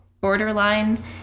borderline